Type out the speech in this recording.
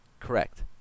Correct